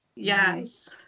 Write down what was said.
Yes